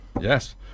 Yes